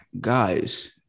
guys